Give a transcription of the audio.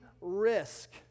risk